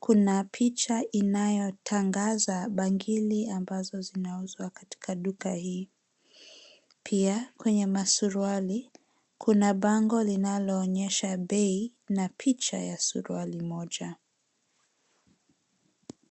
kuna picha inayotangaza bangili ambazo zinauzwa katika duka hii. Pia kwenye masuruali, kuna bango linaloonyesha bei na picha ya suruali moja.